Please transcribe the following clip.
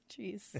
Jeez